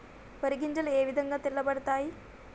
వరి గింజలు ఏ విధంగా తెల్ల పడతాయి?